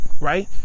right